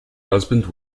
husband